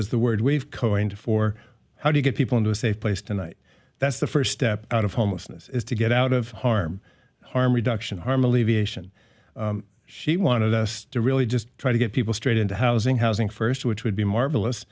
is the word wave coing to for how to get people into a safe place tonight that's the first step out of homelessness is to get out of harm harm reduction harm alleviation she wanted us to really just try to get people straight into housing housing first which would be marvelous